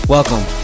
Welcome